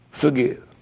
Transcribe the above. forgive